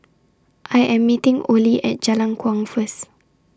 I Am meeting Olie At Jalan Kuang First